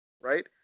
right